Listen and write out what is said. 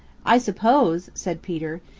i suppose, said peter,